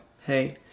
Hey